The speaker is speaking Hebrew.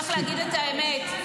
צריך להגיד את האמת,